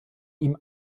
ihm